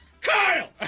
Kyle